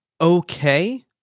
okay